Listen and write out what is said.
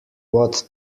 what